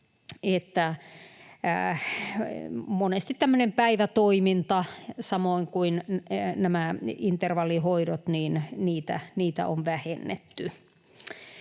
tämmöistä päivätoimintaa samoin kuin näitä intervallihoitoja on vähennetty.